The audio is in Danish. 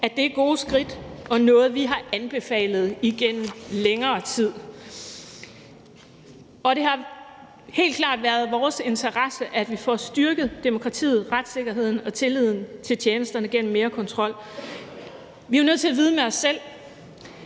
at det er gode skridt og noget, de har anbefalet igennem længere tid. Det har helt klart været vores interesse, at vi får styrket demokratiet, retssikkerheden og tilliden til tjenesterne gennem mere kontrol. Vi er jo nødt til at vide med os selv,